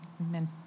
amen